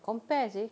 compare seh